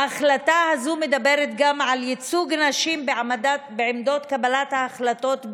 ההחלטה הזאת מדברת גם על ייצוג נשים בעמדות קבלת ההחלטות,